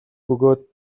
бөгөөд